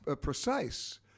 precise